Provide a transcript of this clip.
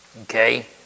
Okay